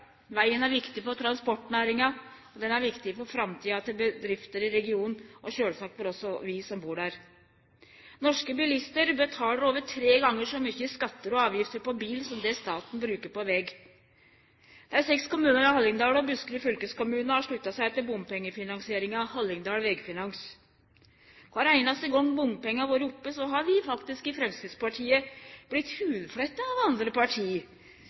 Vegen er viktig for transportnæringa, og han er viktig for framtida til bedriftene i regionen og sjølvsagt for oss som bur der. Norske bilistar betaler over tre gonger så mykje i skattar og avgifter på bil som det staten bruker på veg. Dei seks kommunane i Hallingdal og Buskerud fylkeskommune har slutta seg til bompengefinansieringa, ved Hallingporten Vegfinans. Kvar einaste gong bompengar har vore oppe, har vi i Framstegspartiet vorte hudfletta av andre parti.